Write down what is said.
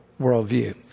worldview